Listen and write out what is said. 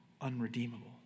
unredeemable